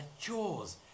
chores